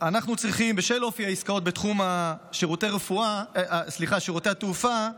בשל אופי העסקאות בתחום שירותי התעופה,